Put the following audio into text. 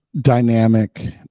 dynamic